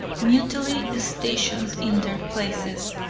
mutely stationed in their places,